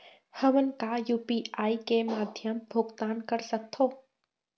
हमन का यू.पी.आई के माध्यम भुगतान कर सकथों?